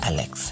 Alex